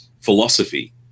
philosophy